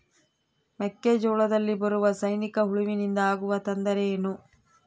ಮೆಕ್ಕೆಜೋಳದಲ್ಲಿ ಬರುವ ಸೈನಿಕಹುಳುವಿನಿಂದ ಆಗುವ ತೊಂದರೆ ಏನು?